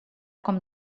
com